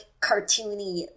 cartoony